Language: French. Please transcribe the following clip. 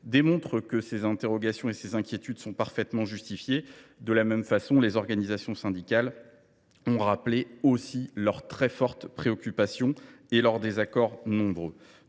démontrent que ces interrogations et ces inquiétudes sont parfaitement justifiées ; les organisations syndicales ont d’ailleurs rappelé aussi leur très forte préoccupation et leurs désaccords nombreux.